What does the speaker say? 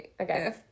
Okay